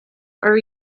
are